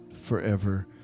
forever